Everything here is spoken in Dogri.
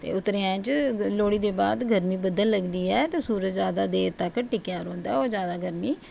उत्तरायन च लोह्ड़ी दे बाद बद्धन लगदी ऐ सूरज जादा देर तक टिकेआ रौंह्दा ऐ और जादा गर्मी